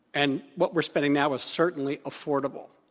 and what we're spending now is certainly affordable.